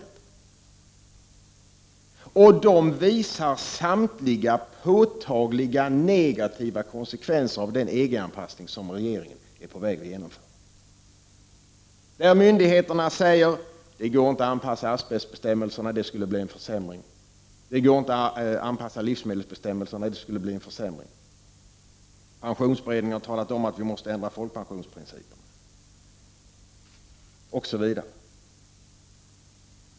Samtliga dessa hand 24 november 1989 lingar visar på de påtagliga negativa konsekvenser som följer av den EG=- Zn anpassning som regeringen är på väg att genomföra. Myndigheterna säger: Det går inte att anpassa asbestbestämmelserna, det skulle bli en försämring. Det går inte att anpassa livsmedelsbestämmelserna, det skulle bli en försämring. Pensionsberedningen har talat om att vi måste ändra principerna för folkpensionen, osv.